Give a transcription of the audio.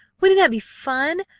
wouldn't that be fun?